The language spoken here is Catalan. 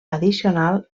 addicional